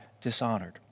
dishonored